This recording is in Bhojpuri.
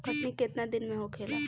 कटनी केतना दिन में होखेला?